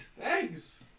Eggs